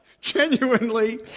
genuinely